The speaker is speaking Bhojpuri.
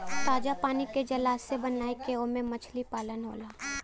ताजा पानी के जलाशय बनाई के ओमे मछली पालन होला